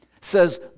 says